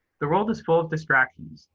the world is full of distractions,